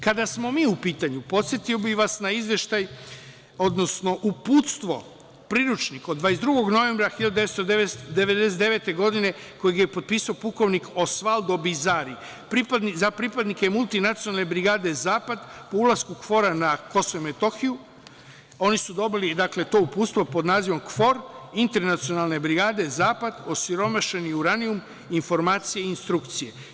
Kada smo mi u pitanju, podsetio bih vas na uputstvo, priručnik od 22. novembra 1999. godine koje je potpisao pukovnik Osvaldo Bizari za pripadnike multinacionalne brigade „Zapad“, po ulasku KFOR-a na Kosovo i Metohiju, oni su dobili to uputstvo pod nazivom: „KFOR, Internacionalne brigade, Zapad, osiromašeni uranijum, informacije i instrukcije“